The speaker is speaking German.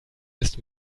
ist